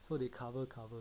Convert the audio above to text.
so they cover cover